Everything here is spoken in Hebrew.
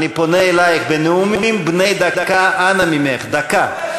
אני פונה אלייך: בנאומים בני דקה, אנא ממך, דקה.